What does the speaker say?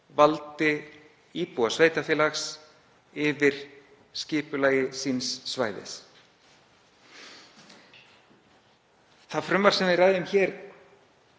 valdi íbúa sveitarfélags yfir skipulagi síns svæðis. Það frumvarp sem við ræðum hér